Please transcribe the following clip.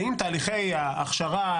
האם תהליכי ההכשרה,